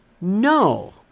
No